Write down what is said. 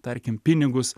tarkim pinigus